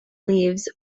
leaves